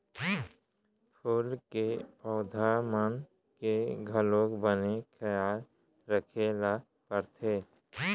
फूल के पउधा मन के घलौक बने खयाल राखे ल परथे